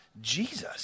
jesus